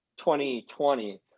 2020